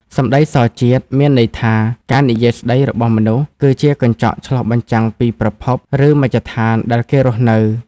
«សម្ដីសជាតិ» មានន័យថា ការនិយាយស្ដីរបស់មនុស្ស គឺជាកញ្ចក់ឆ្លុះបញ្ចាំងពីប្រភព ឬមជ្ឈដ្ឋានដែលគេរស់នៅ។